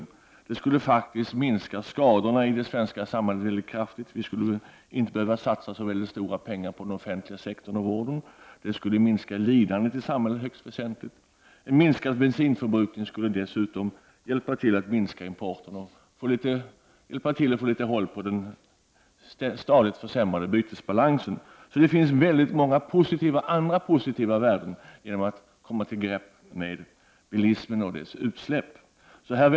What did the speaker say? Antalet skador i det svenska samhället skulle faktiskt minska kraftigt. Vi skulle då inte behöva satsa så mycket på den offentliga sektorn och vården. Lidandet i samhället skulle minska högst väsentligt. Dessutom skulle en minskad bensinförbrukning bidra till minskad import och därmed vara till hjälp när det gäller den stadigt försämrade bytesbalansen. Det finns således många positiva värden i detta med att vi får ett grepp om bilismen och utsläppen i det sammanhanget.